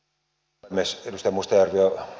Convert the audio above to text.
arvoisa puhemies